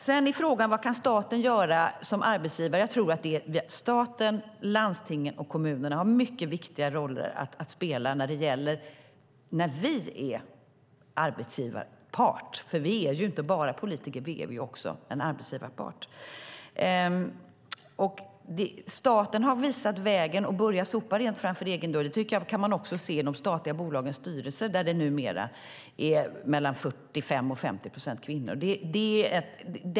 Sedan är frågan: Vad kan staten göra som arbetsgivare? Jag tror att staten, landstingen och kommunerna har mycket viktiga roller att spela när vi är arbetsgivarpart. Vi är ju inte bara politiker utan också en arbetsgivarpart. Staten har visat vägen och börjat sopa rent framför egen dörr. Det kan man också se i de statliga bolagens styrelser, där det numera är mellan 45 och 50 procent kvinnor.